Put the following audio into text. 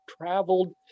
traveled